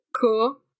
Cool